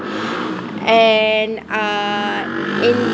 and uh in